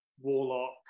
Warlock